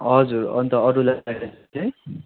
हजुर अन्त अरूलाई भने चाहिँ